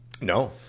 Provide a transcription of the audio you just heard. no